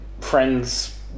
friends